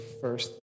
first